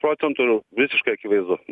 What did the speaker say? procentų visiškai akivaizdu